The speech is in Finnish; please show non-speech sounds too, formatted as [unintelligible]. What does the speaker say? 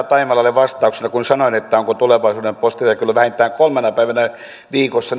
[unintelligible] taimelalle vastauksena kun sanoin että onko tulevaisuuden postinjakelu vähintään kolmena päivänä viikossa [unintelligible]